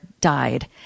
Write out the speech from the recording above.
died